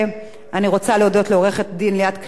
אני רוצה להודות לעורכת-הדין ליאת קליין,